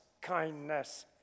kindness